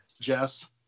Jess